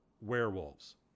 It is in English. werewolves